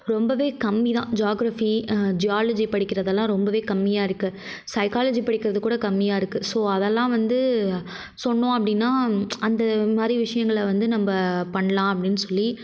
ரொம்பவே கம்மிதான் geography geology படிக்கிறதலாம் ரொம்பவே கம்மியாக இருக்குது சைக்காலஜி படிக்கிறது கூட கம்மியாக இருக்குது ஸோ அதெலாம் வந்து சொன்னோம் அப்படினா அந்த மாதிரி விஷயங்களை வந்து நம்ம பண்ணலாம் அப்படின்னு சொல்லி